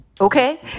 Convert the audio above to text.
okay